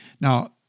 Now